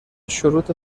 شروط